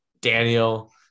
Daniel